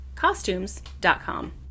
Costumes.com